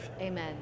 Amen